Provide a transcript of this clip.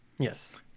Yes